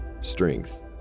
strength